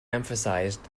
emphasized